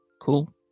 cool